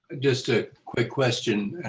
just a quick question.